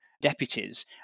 deputies